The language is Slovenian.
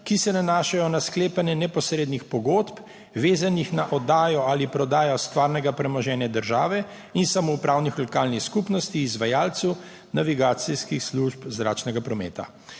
ki se nanašajo na sklepanje neposrednih pogodb, vezanih na oddajo ali prodajo stvarnega premoženja države in samoupravnih lokalnih skupnosti izvajalcu navigacijskih služb zračnega prometa.